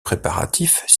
préparatifs